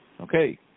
Okay